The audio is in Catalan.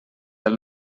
del